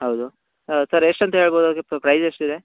ಹೌದು ಸರ್ ಎಷ್ಟು ಅಂತ ಹೇಳ್ಬೌದಾ ಅದಕ್ಕೆ ಪ್ರೈಸ್ ಎಷ್ಟಿದೆ